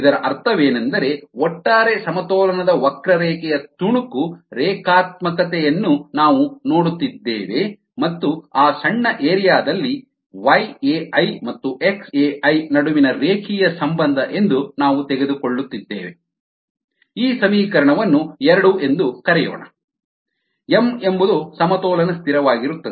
ಇದರ ಅರ್ಥವೇನೆಂದರೆ ಒಟ್ಟಾರೆ ಸಮತೋಲನದ ವಕ್ರರೇಖೆಯ ತುಣುಕು ರೇಖಾತ್ಮಕತೆಯನ್ನು ನಾವು ನೋಡುತ್ತಿದ್ದೇವೆ ಮತ್ತು ಆ ಸಣ್ಣ ಏರಿಯಾ ದಲ್ಲಿ yAi ಮತ್ತು xAi ನಡುವಿನ ರೇಖೀಯ ಸಂಬಂಧ ಎಂದು ನಾವು ತೆಗೆದುಕೊಳ್ಳುತ್ತಿದ್ದೇವೆ ಈ ಸಮೀಕರಣವನ್ನು ಎರಡು ಎಂದು ಕರೆಯೋಣ ಎಂ ಎಂಬುದು ಸಮತೋಲನ ಸ್ಥಿರವಾಗಿರುತ್ತದೆ